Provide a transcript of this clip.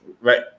right